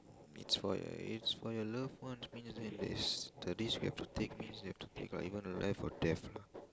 it's for your it's for your love ones meaning that is that is we have to take means we have to take lah even alive or death